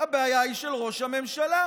הבעיה היא של ראש הממשלה,